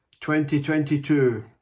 2022